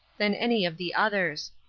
than any of the others.